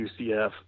UCF